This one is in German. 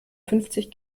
fünfzig